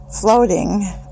floating